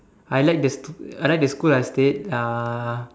I like the sc~ I like the school I stayed uh